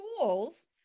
tools